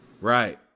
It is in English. Right